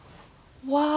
!wow! I'm so envious